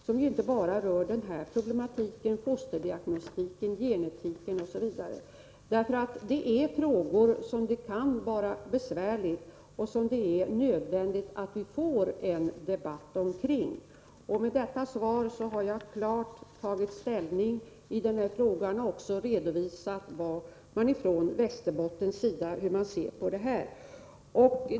Det gäller inte bara denna problematik utan också t.ex. fosterdiagnostik och genetik. Det är frågor som kan vara besvärliga och som det är nödvändigt att få en debatt omkring. Med detta svar har jag klart tagit ställning i den här frågan och också redovisat hur man från Västerbottens sida ser på detta.